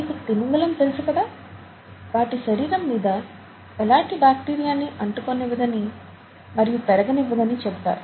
మీకు తిమింగలం తెలుసు కదా వాటికి శరీరం మీద ఎలాటి బాక్టీరియాని అంటుకోనివ్వదని మరియు పెరగనివ్వదని చెబుతారు